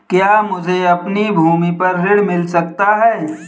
क्या मुझे अपनी भूमि पर ऋण मिल सकता है?